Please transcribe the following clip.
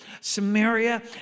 Samaria